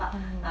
mm